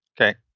Okay